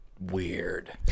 weird